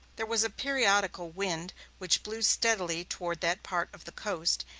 there was a periodical wind which blew steadily toward that part of the coast,